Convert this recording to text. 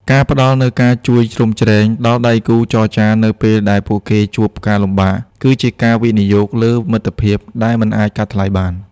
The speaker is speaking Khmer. ការផ្តល់នូវ "ការជួយជ្រោមជ្រែង" ដល់ដៃគូចរចានៅពេលដែលពួកគេជួបការលំបាក គឺជាការវិនិយោគលើមិត្តភាពដែលមិនអាចកាត់ថ្លៃបាន។